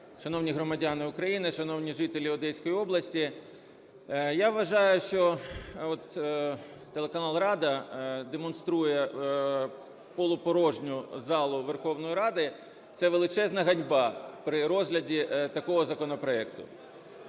Шановні громадяни України! Шановні жителі Одеської області! Я вважаю, що от телеканал "Рада" демонструє полупорожню залу Верховної Ради - це величезна ганьба! - при розгляді такого законопроекту.